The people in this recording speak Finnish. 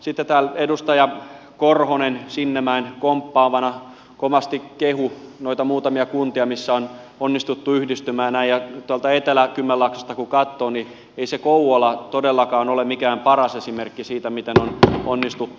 sitten täällä edustaja korhonen sinnemäen komppaamana kovasti kehui noita muutamia kuntia missä on onnistuttu yhdistymään ja tuolta etelä kymenlaaksosta kun katsoo niin ei se kouvola todellakaan ole mikään paras esimerkki siitä miten on onnistuttu